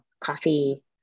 coffee